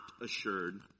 assured